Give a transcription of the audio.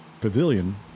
pavilion